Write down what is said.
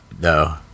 No